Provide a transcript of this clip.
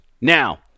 Now